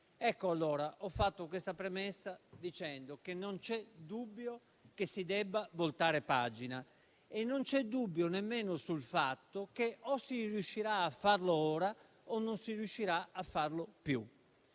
produttiva. Ho fatto questa premessa dicendo che non c'è dubbio che si debba voltare pagina e non c'è dubbio nemmeno sul fatto che o si riuscirà a farlo ora o non si riuscirà a farlo più.